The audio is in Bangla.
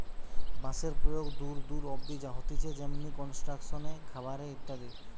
বাঁশের প্রয়োগ দূর দূর অব্দি হতিছে যেমনি কনস্ট্রাকশন এ, খাবার এ ইত্যাদি